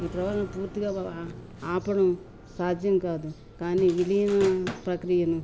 ఈ ప్రభావాన్ని పూర్తిగా ఆపడం సాధ్యం కాదు కానీ విలీన ప్రక్రియను